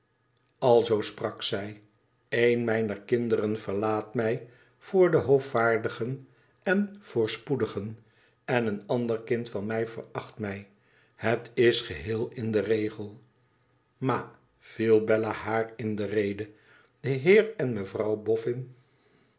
alzoo sprak zij teen mijner kinderen verlaat mij voor de hoovaardigen en voorspoedigen en een ander kind van mij veracht mij het is geheel in den regel ma viel beua haar in de rede de heer en mevrouw boffin